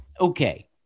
Okay